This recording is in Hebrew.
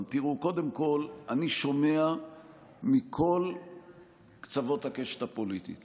קודם כול, אני שומע מכל קצות הקשת הפוליטית